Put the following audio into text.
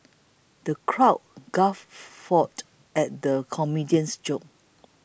the crowd guffawed at the comedian's jokes